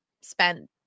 spent